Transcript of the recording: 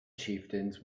chieftains